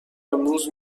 امروز